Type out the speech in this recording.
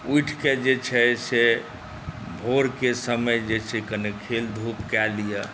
उठिकऽ जे छै से भोरके समय जे छै कनि खेलधूप कऽ लिअऽ